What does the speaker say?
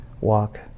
walk